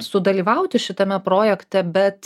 sudalyvauti šitame projekte bet